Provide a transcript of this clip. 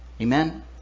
Amen